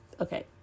okay